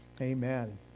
amen